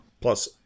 Plus